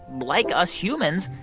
like us humans,